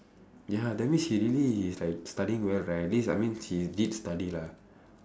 ya that means she really is like studying well right at least I mean she did study lah